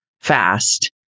fast